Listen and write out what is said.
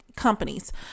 companies